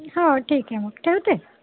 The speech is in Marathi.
हो ठीक मग ठेवते